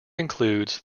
includes